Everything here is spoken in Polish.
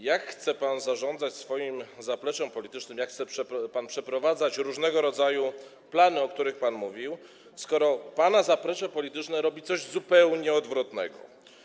Jak chce pan zarządzać swoim zapleczem politycznym, jak chce pan przeprowadzać różnego rodzaju plany, o których pan mówił, skoro pana zaplecze polityczne robi coś zupełnie odwrotnego?